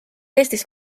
eestis